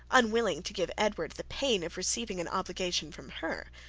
unwilling to give edward the pain of receiving an obligation from her,